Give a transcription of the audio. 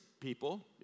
people